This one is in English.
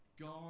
god